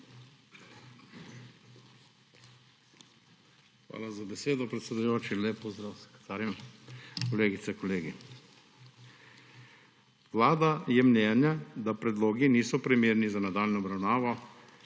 Hvala za besedo, predsedujoči. Lep pozdrav sekretarjem, kolegice, kolegi! Vlada je mnenja, da predlogi niso primerni za nadaljnjo obravnavo.